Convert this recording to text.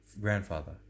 Grandfather